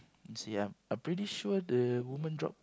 let's see uh I'm pretty sure the women drop